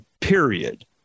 period